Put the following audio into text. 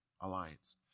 Alliance